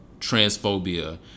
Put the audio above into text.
transphobia